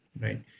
right